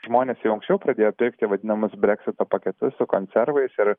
žmonės jau anksčiau pradėjo pirkti vadinamus breksito paketus su konservais ir